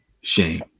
Shame